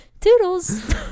toodles